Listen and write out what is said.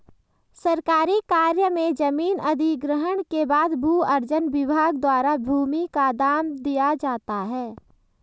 सरकारी कार्य में जमीन अधिग्रहण के बाद भू अर्जन विभाग द्वारा भूमि का दाम दिया जाता है